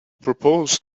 propose